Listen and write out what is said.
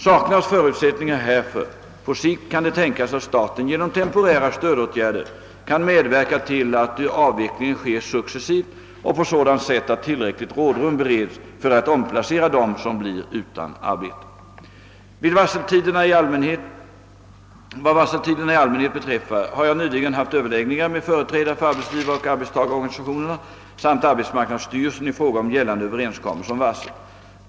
Saknas förutsättningar härför på sikt, kan det tänkas att staten genom temporära stödåtgärder kan medverka till att avvecklingen sker successivt och på sådant sätt att tillräckligt rådrum bereds för att omplacera dem som blir utan arbete. Vad varseltiderna i allmänhet beträffar har jag nyligen haft överläggningar med företrädare för arbetsgivaroch arbetstagarorganisationerna samt arbetsmarknadsstyrelsen i fråga om gällande överenskommelser om varsel.